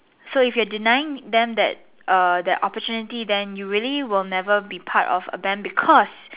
so if you are denying them that err that opportunity then you really will never be part of a band because